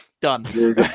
Done